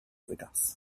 vegas